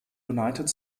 united